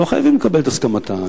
לא חייבים לקבל את הסכמתה.